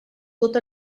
tot